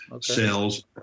sales